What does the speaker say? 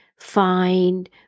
find